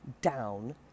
down